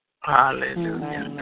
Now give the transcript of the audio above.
Hallelujah